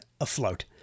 afloat